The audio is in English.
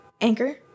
Anchor